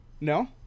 No